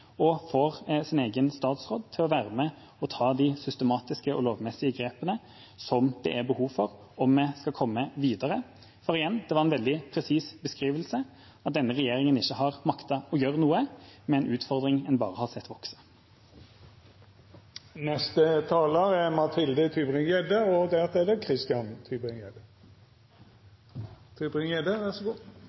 egen statsråd til å være med og ta de systematiske og lovmessige grepene som det er behov for om vi skal komme videre. For igjen: Det var en veldig presis beskrivelse, at denne regjeringa ikke har maktet å gjøre noe med en utfordring en bare har sett vokse.